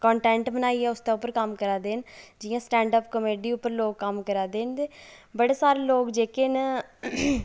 content बनाइयै उस दे उप्पर कम्म करा दे जि'यां सटैंड अप कामेड़ी उप्पर लोक कम्म करा दे न बड़े सारे लोेक जेह्के न